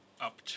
up